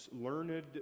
learned